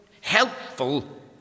helpful